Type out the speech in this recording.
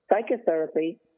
psychotherapy